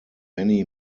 many